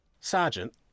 Sergeant